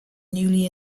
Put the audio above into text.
newly